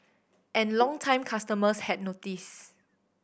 and longtime customers had noticed